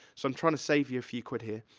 so i'm trying to save you a few quid, here.